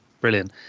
Brilliant